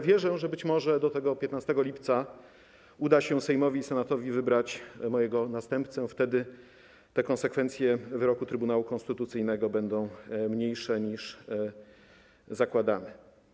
Wierzę, że być może do 15 lipca uda się Sejmowi i Senatowi wybrać mojego następcę, wtedy konsekwencje wyroku Trybunału Konstytucyjnego będą mniejsze, niż zakładamy.